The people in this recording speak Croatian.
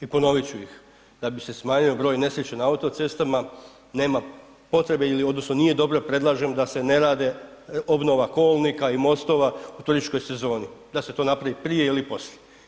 I ponovit ću ih, da bi se smanjio broj nesreća na autocestama nema potrebe ili odnosno nije dobro predlažem da se ne rade obnova kolnika i mostova u turističkoj sezoni, da se to napravi prije ili poslije.